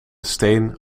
steen